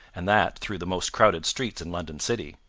and that through the most crowded streets in london city.